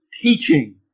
teaching